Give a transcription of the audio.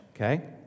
okay